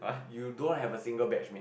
you don't have a single batch mate